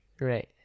right